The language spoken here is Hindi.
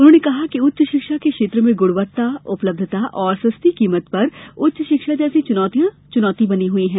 उन्होंने कहा कि उच्च शिक्षा के क्षेत्र में गुणवत्ता उलब्धता और सस्ती कीमत पर उच्च शिक्षा जैसी चुनौतियां बनी हुई हैं